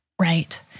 Right